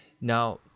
now